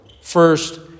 first